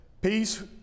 Peace